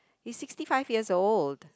he is sixty five years old